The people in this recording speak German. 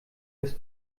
das